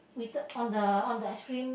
waited on the on the ice cream